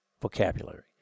vocabulary